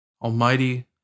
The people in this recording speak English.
Almighty